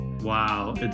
Wow